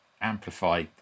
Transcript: amplify